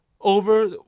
over